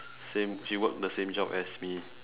same she work the same job as me